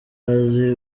azi